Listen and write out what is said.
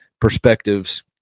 perspectives